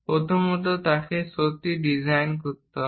প্রথমত তাকে সত্যিই ডিজাইন করতে হবে